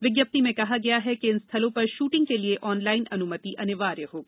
विज्ञप्ति में कहा गया है कि इन स्थलों पर शूटिंग के लिए ऑनलाइन अनुमति अनिवार्य होगी